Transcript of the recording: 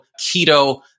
keto